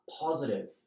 positive